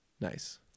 nice